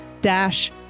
dash